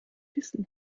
wissen